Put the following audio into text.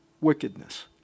wickedness